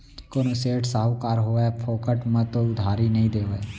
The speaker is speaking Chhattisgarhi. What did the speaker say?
कोनो सेठ, साहूकार होवय फोकट म तो उधारी नइ देवय